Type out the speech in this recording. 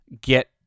get